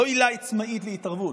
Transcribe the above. לא עילה עצמאית להתערבות,